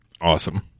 awesome